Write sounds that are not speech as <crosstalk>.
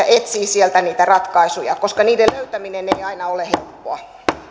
<unintelligible> etsii sieltä niitä ratkaisuja koska niiden löytäminen ei aina ole helppoa